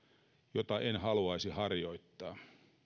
joita en haluaisi harjoittaa